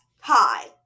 Hi